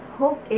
hope